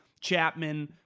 Chapman